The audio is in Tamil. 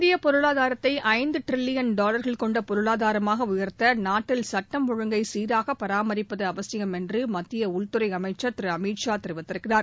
இந்திய பொருளாதாரத்தை ஐந்து ட்ரில்லியன் டாலர்கள் கொண்ட பொருளாதாரமாக உயர்த்த நாட்டில் சட்டம் ஒழுங்கை சீராக பராமரிப்பது அவசியம் என்று மத்திய உள்துறை அமைச்சர் திரு அமித் ஷா கூறியிருக்கிறார்